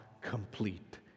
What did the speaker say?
complete